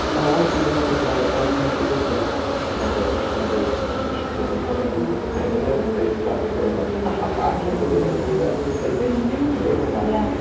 oh i do this because i like to make a difference. you know the the standard you know mission driven thing. and then they stopped recording, like, ha ha, i can't believe they're going to believe that. like they knew they were lying. yeah